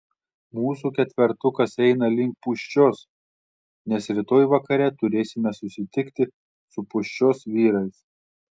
mūsų ketvertukas eina link pūščios nes rytoj vakare turėsime susitikti su pūščios vyrais